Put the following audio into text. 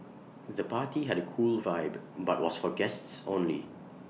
the party had A cool vibe but was for guests only